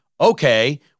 okay